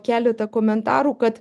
keletą komentarų kad